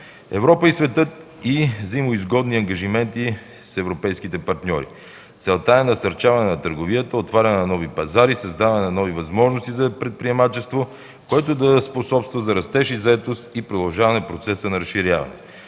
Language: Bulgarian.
Европа и светът: взаимноизгодни ангажименти с европейските партньори. Целта е насърчаване на търговията, отваряне на нови пазари, създаване на нови възможности за предприемачество, което да способства за растеж и заетост и продължаване процеса на разширяване.